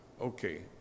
Okay